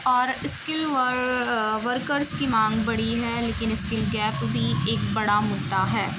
اور skill workers کی مانگ بڑھی ہے لیکن اسکل گیپ بھی ایک بڑا مدعا ہے